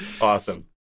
Awesome